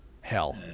hell